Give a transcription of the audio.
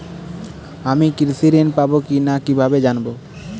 আমি কৃষি ঋণ পাবো কি না কিভাবে জানবো?